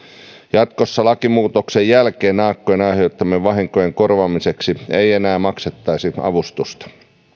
jatkossa lakimuutoksen jälkeen naakkojen aiheuttamien vahinkojen korvaamiseksi ei enää maksettaisi avustusta